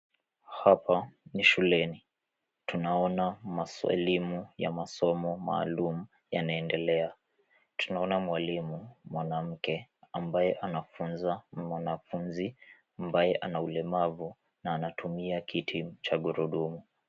Hapa, ni shuleni, tunaona ya maswa, elimu ya masomo maalum, yanaendelea, tunaona mwalimu, mwanamke, ambaye anafunza mwanafunzi, ambaye ana ulemavu, na anatumia kiti cha gurudumu.